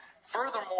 Furthermore